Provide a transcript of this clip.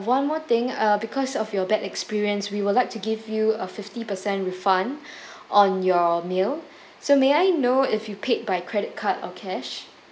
one more thing uh because of your bad experience we would like to give you a fifty percent refund on your meal so may I know if you paid by credit card or cash